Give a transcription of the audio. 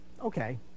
Okay